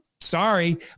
sorry